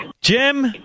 Jim